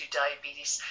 diabetes